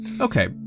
Okay